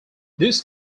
this